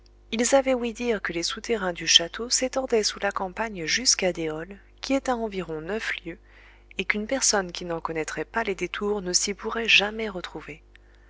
ils avaient ouï dire que les souterrains du château s'étendaient sous la campagne jusqu'à déols qui est à environ neuf lieues et qu'une personne qui n'en connaîtrait pas les détours ne s'y pourrait jamais retrouver